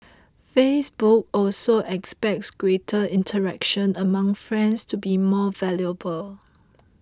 Facebook also expects greater interaction among friends to be more valuable